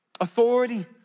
authority